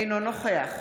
אינו נוכח